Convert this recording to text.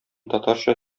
татарча